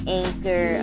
anchor